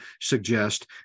suggest